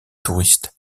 touristes